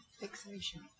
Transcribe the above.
Fixation